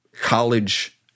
college